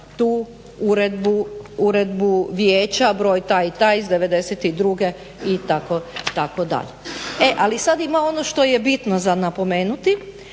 tu uredbu vijeća broj taj i taj iz '92.itd. E ali sada ima ono što je bitno za napomenuti,